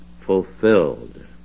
fulfilled